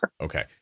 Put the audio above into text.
Okay